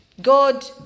God